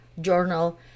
journal